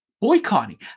boycotting